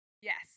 Yes